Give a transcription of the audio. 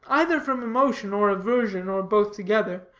either from emotion or aversion, or both together,